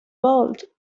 vault